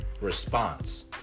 response